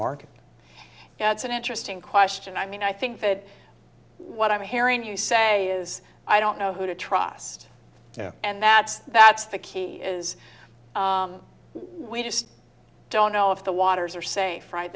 market that's an interesting question i mean i think that what i'm hearing you say is i don't know who to trust and that that's the key is we just don't know if the waters are safe